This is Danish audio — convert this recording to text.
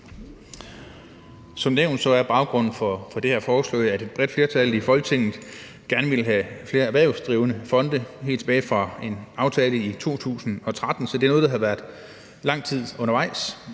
Som nævnt er baggrunden for det her forslag, at et bredt flertal i Folketinget gerne ville have flere erhvervsdrivende fonde – via en aftale helt tilbage i 2013, så det er noget, der har været lang tid undervejs.